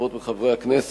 חברות וחברי הכנסת,